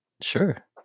Sure